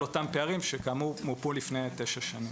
אותם פערים שכאמור מופו לפני תשע שנים?